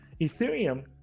ethereum